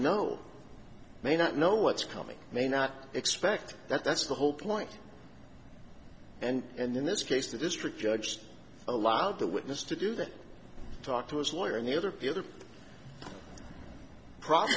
know may not know what's coming may not expect that that's the whole point and in this case the district judge has allowed the witness to do that talk to his lawyer and the other other problem